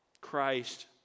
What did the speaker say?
Christ